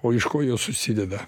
o iš ko jos susideda